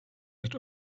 that